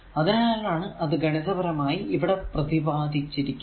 അതിനാലാണ് അത് ഗണിതപരമായി ഇവിടെ പ്രതിപാദിച്ചിരിക്കുന്നത്